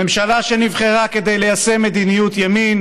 ממשלה שנבחרה כדי ליישם מדיניות ימין